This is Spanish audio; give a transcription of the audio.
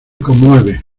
conmueve